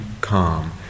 calm